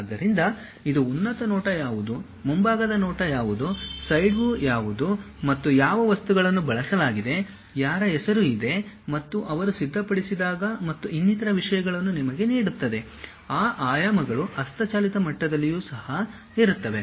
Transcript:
ಆದ್ದರಿಂದ ಇದು ಉನ್ನತ ನೋಟ ಯಾವುದು ಮುಂಭಾಗದ ನೋಟ ಯಾವುದು ಸೈಡ್ ವ್ಯೂ ಯಾವುದು ಮತ್ತು ಯಾವ ವಸ್ತುಗಳನ್ನು ಬಳಸಲಾಗಿದೆ ಯಾರ ಹೆಸರು ಇದೆ ಮತ್ತು ಅವರು ಸಿದ್ಧಪಡಿಸಿದಾಗ ಮತ್ತು ಇನ್ನಿತರ ವಿಷಯಗಳನ್ನು ನಿಮಗೆ ನೀಡುತ್ತದೆ ಆ ಆಯಾಮಗಳು ಹಸ್ತಚಾಲಿತ ಮಟ್ಟದಲ್ಲಿಯೂ ಸಹ ಇರುತ್ತವೆ